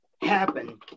happen